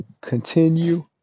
continue